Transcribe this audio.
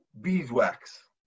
beeswax